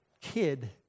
kid